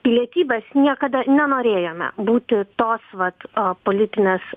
pilietybės niekada nenorėjome būti tos vat politinės